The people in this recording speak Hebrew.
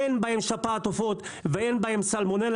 אין בהם שפעת עופות ואין בהם סלמונלה.